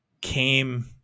came